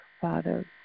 Father